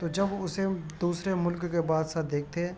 تو جب اسے دوسرے ملک کے بادشاہ دیکھتے